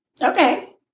Okay